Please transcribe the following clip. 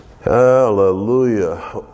hallelujah